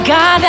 God